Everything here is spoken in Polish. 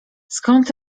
skąd